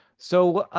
so,